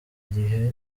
gihe